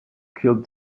killed